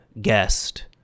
guest